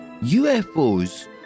UFOs